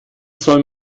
soll